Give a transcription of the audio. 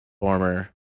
former